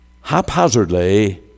haphazardly